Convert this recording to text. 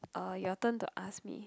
uh your turn to ask me